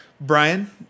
Brian